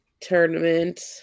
tournament